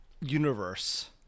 universe